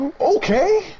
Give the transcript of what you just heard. Okay